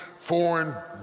foreign